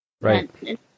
Right